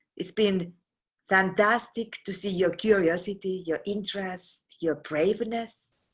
it's been fantastic to see your curiosity, your interest, your braveness.